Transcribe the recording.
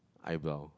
eyebrow